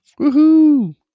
Woohoo